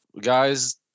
guys